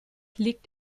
liegt